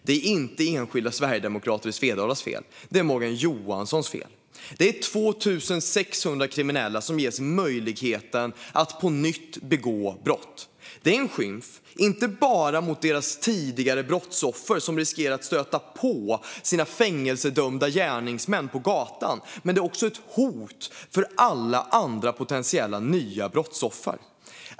Det är inte enskilda sverigedemokrater i Svedalas fel, utan det är Morgan Johanssons fel. Det är 2 600 kriminella som ges möjligheten att på nytt begå brott. Det är inte bara en skymf mot deras tidigare brottsoffer, som riskerar att stöta på sina fängelsedömda gärningsmän på gatan, utan det är också ett hot mot alla andra potentiella nya brottsoffer.